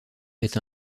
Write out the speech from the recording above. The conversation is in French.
est